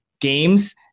games